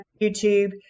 YouTube